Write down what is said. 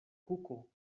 kuko